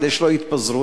כדי שלא יתפזרו,